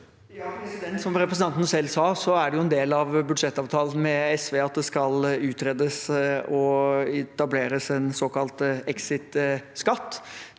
Som re- presentanten Fylkesnes selv sa, er en del av budsjettavtalen med SV at det skal utredes og etableres en såkalt exit-skatt.